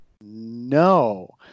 No